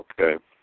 Okay